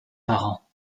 parents